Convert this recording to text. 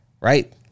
right